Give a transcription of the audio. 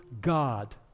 God